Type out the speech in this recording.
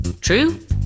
True